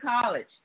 college